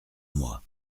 moi